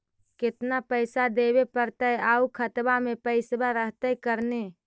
केतना पैसा देबे पड़तै आउ खातबा में पैसबा रहतै करने?